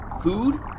food